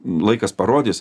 laikas parodys